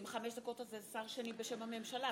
אתה